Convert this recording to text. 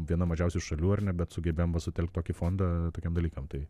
viena mažiausių šalių ar ne bet sugebėjom va sutelkt tokį fondą tokiem dalykam tai